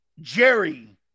Jerry